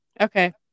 Okay